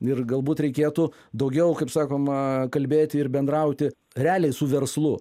ir galbūt reikėtų daugiau kaip sakoma kalbėti ir bendrauti realiai su verslu